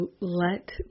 let